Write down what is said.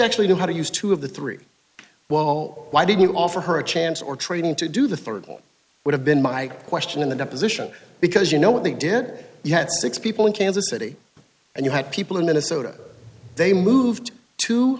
actually knew how to use two of the three wall why did you offer her a chance or training to do the rd would have been my question in the deposition because you know what they did you had six people in kansas city and you had people in minnesota they moved t